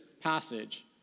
passage